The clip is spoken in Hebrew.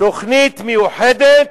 תוכנית מיוחדת